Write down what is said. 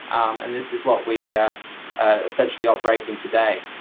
and this is what we are essentially operating today.